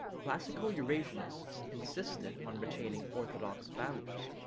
classical eurasianists insisted on retaining orthodox values,